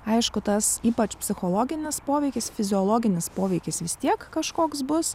aišku tas ypač psichologinis poveikis fiziologinis poveikis vis tiek kažkoks bus